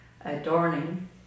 adorning